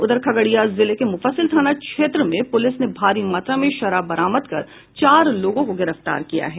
उधर खगड़िया जिले के मुफ्फसिल थाना क्षेत्र में पुलिस ने भारी मात्रा में शराब बरामद कर चार लोगों को गिरफ्तार किया है